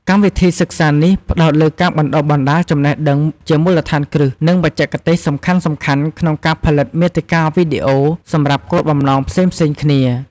កម្មវិធីសិក្សានេះផ្ដោតលើការបណ្ដុះបណ្ដាលចំណេះដឹងជាមូលដ្ឋានគ្រឹះ និងបច្ចេកទេសសំខាន់ៗក្នុងការផលិតមាតិកាវីដេអូសម្រាប់គោលបំណងផ្សេងៗគ្នា។